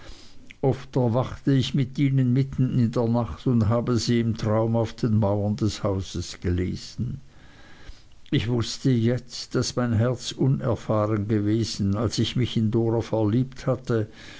oft erwachte ich mit ihnen mitten in der nacht und habe sie im traume auf den mauern des hauses gelesen ich wußte jetzt daß mein herz unerfahren gewesen als ich mich in dora verliebt hatte